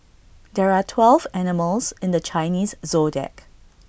there are twelve animals in the Chinese Zodiac